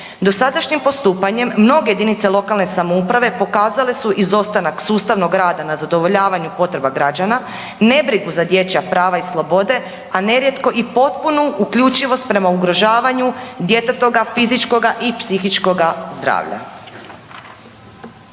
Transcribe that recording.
Dosadašnjim postupanjem mnoge jedinice lokalne samouprave pokazale su izostanak sustavnog rada na zadovoljavanju potreba građana, nebrigu za dječja prava i slobode, a nerijetko i potpunu uključivost prema ugrožavanju djetetova fizičkoga i psihičkoga zdravlja.